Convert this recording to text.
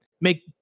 make